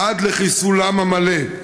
עד לחיסולם המלא.